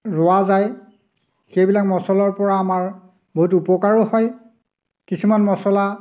ৰোৱা যায় সেইবিলাক মচলাৰ পৰা আমাৰ বহুত উপকাৰো হয় কিছুমান মচলা